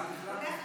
לא נורא.